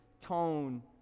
tone